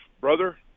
brother